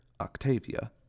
Octavia